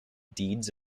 deeds